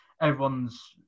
everyone's